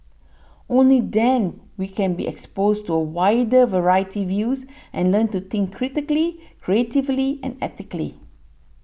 only them we can be exposed to a wider variety views and learn to think critically creatively and ethically